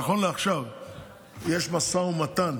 נכון לעכשיו יש משא ומתן